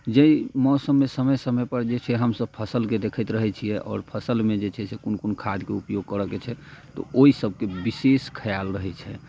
जाहि मौसममे समय समय पर जे छै हमसब फसलके देखैत रहैत छियै आओर फसलमे जे छै से कोन कोन खादके उपयोग करऽ के छै तऽ ओहि सबके विशेष खयाल रहैत छै